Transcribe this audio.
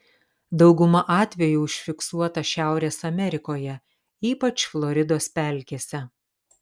dauguma atvejų užfiksuota šiaurės amerikoje ypač floridos pelkėse